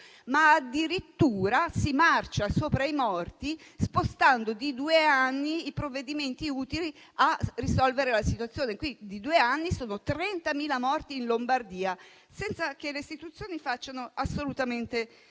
ma addirittura si marcia sopra i morti, spostando di due anni i provvedimenti utili a risolvere la situazione. Due anni sono 30.000 morti in Lombardia, senza che le istituzioni facciano assolutamente